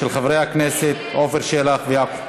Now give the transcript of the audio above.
של חברי הכנסת עפר שלח ויעקב פרי.